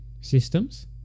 systems